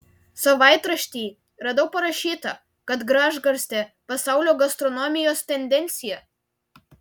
savaitrašty radau parašyta kad gražgarstė pasaulio gastronomijos tendencija